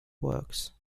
works